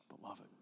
Beloved